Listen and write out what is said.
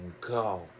go